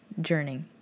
journey